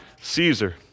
Caesar